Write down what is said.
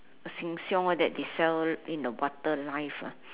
Sheng-Siong all that they sell in the water live ah